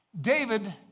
David